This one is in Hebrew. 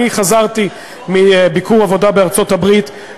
חזרתי מביקור עבודה בארצות-הברית,